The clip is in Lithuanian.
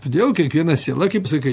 todėl kiekviena siela kaip sakai